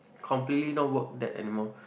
completely not work that anymore